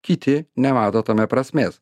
kiti nemato tame prasmės